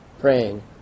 praying